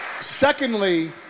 Secondly